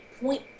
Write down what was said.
point